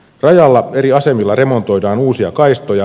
rajalla eri asemilla remontoidaan uusia kaistoja